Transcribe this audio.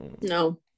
No